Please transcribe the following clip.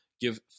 give